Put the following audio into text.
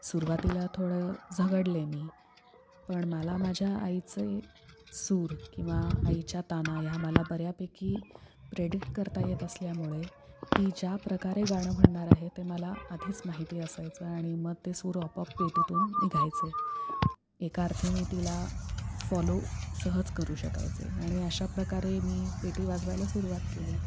सुरवातीला थोडं झगडले मी पण माला माझ्या आईचे सूर किंवा आईच्या ताना ह्या मला बऱ्यापैकी प्रेडिक्ट करता येत असल्यामुळे ती ज्या प्रकारे गाणं म्हणणार आहे ते मला आधीच माहिती असायचं आणि मग ते सूर आपोआप पेटीतून निघायचे एका अर्थी मी तिला फॉलो सहज करू शकायचे आणि अशा प्रकारे मी पेटी वाजवायला सुरुवात केली